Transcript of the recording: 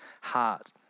heart